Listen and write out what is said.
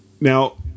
now